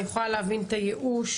אני יכולה להבין את הייאוש